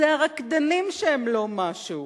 זה הרקדנים שהם לא משהו.